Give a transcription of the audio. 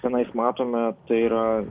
tenais matome tai yra